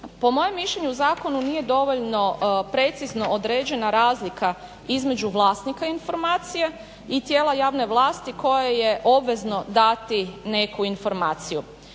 Po mojem mišljenju u zakonu nije dovoljno precizno određena razlika između vlasnika informacije i tijela javne vlasti koje je obvezno dati neku informaciju.